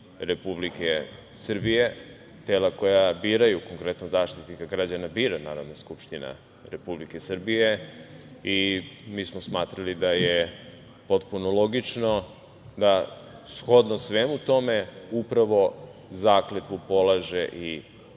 Republike Srbije, tela koja biraju, konkretno Zaštitnika građana bira Narodna skupština Republike Srbije i mi smo smatrali da je potpuno logično da, shodno svemu tome, upravo zakletvu polaže i